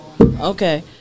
Okay